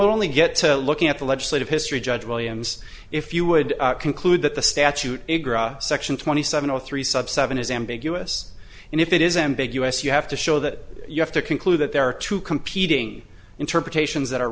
only get to look at the legislative history judge williams if you would conclude that the statute section twenty seven or three sub seven is ambiguous and if it is ambiguous you have to show that you have to conclude that there are two competing interpretations that a